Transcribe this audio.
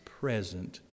present